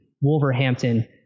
Wolverhampton